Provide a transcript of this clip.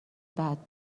بعد